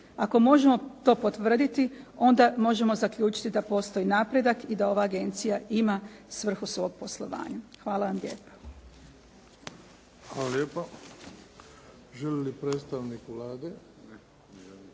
Ako možemo to potvrditi onda možemo zaključiti da postoji napredak i da ova agencija ima svrhu svog poslovanja. Hvala vam lijepa. **Bebić, Luka (HDZ)** Hvala lijepo. Želi li predstavnik Vlade? Ne.